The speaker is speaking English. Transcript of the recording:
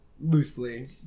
loosely